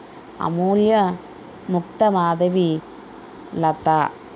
అమూల్య Muktamadhavi లత